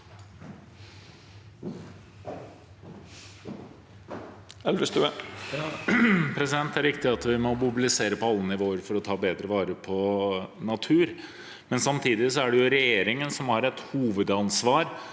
Det er riktig at vi må mobilisere på alle nivåer for å ta bedre vare på natur, men samtidig er det jo regjeringen som har et hovedansvar